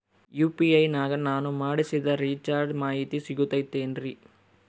UPI ನಾಗ ನಾನು ಮಾಡಿಸಿದ ರಿಚಾರ್ಜ್ ಮಾಹಿತಿ ಸಿಗುತೈತೇನ್ರಿ?